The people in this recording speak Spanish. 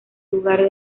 lugar